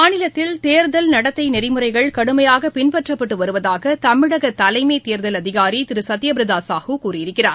மாநிலத்தில் கேர்கல் நடத்தைநெறிமுறைகள் கடுமையாகபின்பற்றப்பட்டுவருவதாகதமிழகதலைமைத் தேர்தல் அதிகாரி திருசத்யபிரதாசாஹூ கூறியிருக்கிறார்